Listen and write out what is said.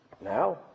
Now